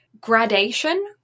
gradation